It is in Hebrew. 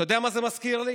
אתה יודע מה זה מזכיר לי?